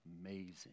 Amazing